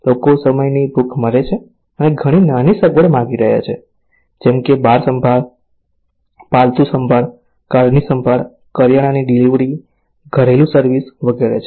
લોકો સમયની ભૂખે મરે છે અને ઘણી નાની સગવડ માગી રહ્યા છે જેમ કે બાળ સંભાળ પાલતુ સંભાળ કારની સંભાળ કરિયાણાની ડિલિવરી ઘરેલુ સર્વિસ વગેરે છે